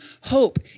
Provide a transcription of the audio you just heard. hope